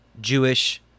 Jewish